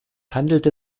handelte